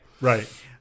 Right